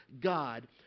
God